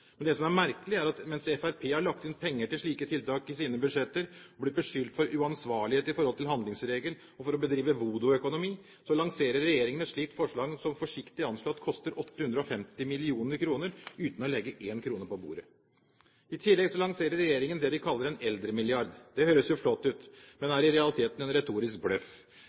Men det som er merkelig, er at mens Fremskrittspartiet har lagt inn penger til slike tiltak i sine budsjetter og blitt beskyldt for uansvarlighet i forhold til handlingsregel og for å bedrive voodooøkonomi, så lanserer regjeringen et slikt forslag, som forsiktig anslått koster 850 mill. kr, uten å legge én krone på bordet. I tillegg lanserer regjeringen det de kaller en eldremilliard. Det høres jo flott ut, men er i realiteten en retorisk bløff.